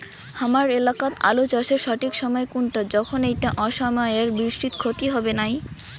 হামার এলাকাত আলু চাষের সঠিক সময় কুনটা যখন এইটা অসময়ের বৃষ্টিত ক্ষতি হবে নাই?